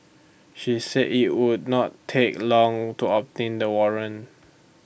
she said IT would not take long to obtain the warrant